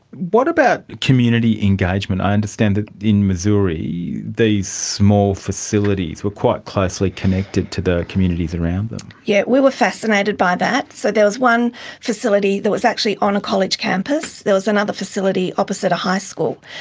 what about community engagement? i understand that in missouri these small facilities were quite closely connected to the communities around them. yes, we were fascinated by that. so there was one facility that was actually on a college campus. there was another facility opposite a high school.